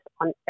on